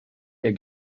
der